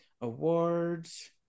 Awards